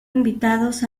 invitados